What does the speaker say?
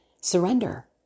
surrender